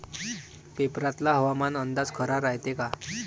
पेपरातला हवामान अंदाज खरा रायते का?